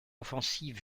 offensive